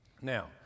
Now